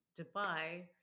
Dubai